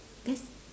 that's